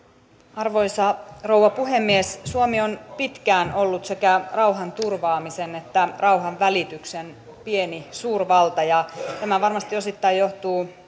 arvoisa rouva puhemies suomi on pitkään ollut sekä rauhanturvaamisen että rauhanvälityksen pieni suurvalta ja tämä varmasti osittain johtuu